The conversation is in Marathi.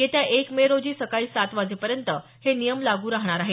येत्या एक मे रोजी सकाळी सात वाजेपर्यंत हे नियम लागू राहणार आहेत